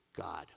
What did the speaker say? God